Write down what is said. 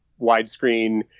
widescreen